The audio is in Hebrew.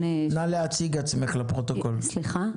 בבקשה.